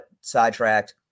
sidetracked